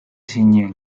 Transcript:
zinen